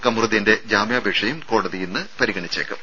കമറുദ്ദീന്റെ ജാമ്യാപേക്ഷയും കോടതി ഇന്ന് പരിഗണിച്ചേക്കും